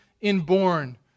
inborn